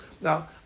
now